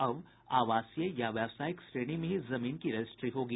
अब आवासीय या व्यावसायिक श्रेणी में ही जमीन की रजिस्ट्री होगी